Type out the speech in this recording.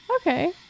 Okay